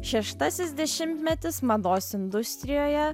šeštasis dešimtmetis mados industrijoje